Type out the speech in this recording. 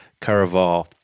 Caraval